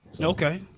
Okay